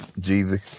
Jeezy